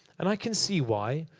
and i can see why.